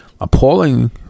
Appalling